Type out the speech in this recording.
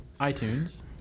iTunes